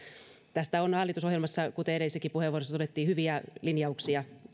tästä on hallitusohjelmassa kuten edellisessäkin puheenvuorossa todettiin hyviä linjauksia